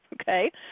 okay